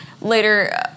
later